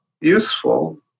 useful